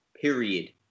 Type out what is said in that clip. period